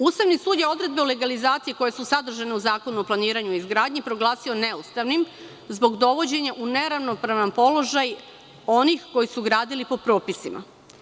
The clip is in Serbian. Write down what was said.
Ustavni sud je odredbe o legalizaciji koje su sadržane u Zakonu o planiranju i izgradnji proglasio neustavnim zbog dovođenja u neravnopravan položaj onih koji su gradili po propisima.